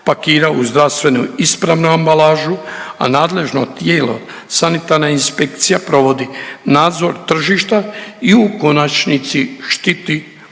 pakira u zdravstveno ispravnu ambalažu, a nadležno tijelo, Sanitarna inspekcija provodi nadzor tržišta i u konačnici štiti